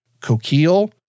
Coquille